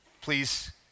Please